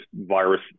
virus